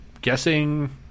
guessing